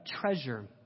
treasure